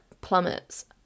plummets